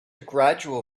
gradual